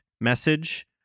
message